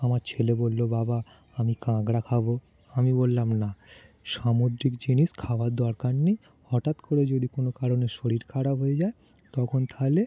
আমার ছেলে বললো বাবা আমি কাঁকড়া খাবো আমি বললাম না সামুদ্রিক জিনিস খাবার দরকার নেই হঠাৎ করে যদি কোনো কারণে শরীর খারাপ হয়ে যায় তখন তাহলে